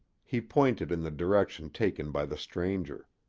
he pointed in the direction taken by the stranger.